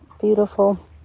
beautiful